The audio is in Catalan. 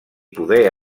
poder